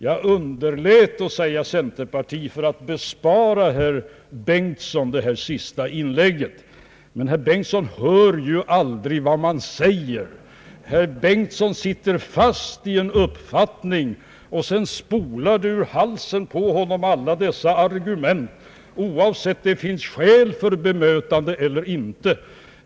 Jag underlät att säga centerparti för att bespara herr Bengtson hans senaste inlägg. Men herr Bengtson hör ju aldrig vad man säger — han sitter fast i en uppfattning och sedan spolar det ur halsen på honom alla dessa argument, oavsett om det finns orsak till ett bemötande eller inte.